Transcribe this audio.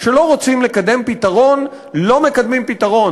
כשלא רוצים לקדם פתרון לא מקדמים פתרון